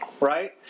right